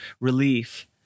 relief